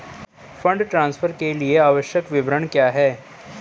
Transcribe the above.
Fund transfer के लिए आवश्यक विवरण क्या हैं?